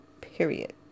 period